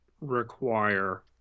require